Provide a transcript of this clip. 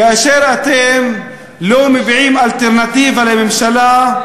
כאשר אתם לא מביעים אלטרנטיבה לממשלה,